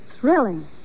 thrilling